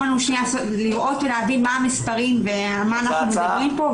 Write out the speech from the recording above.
לראות ולהבין מה המספרים ועל מה אנחנו מדברים.